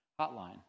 hotline